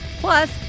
Plus